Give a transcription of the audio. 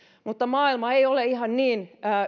mutta maailma ei ole ihan niin